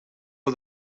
heu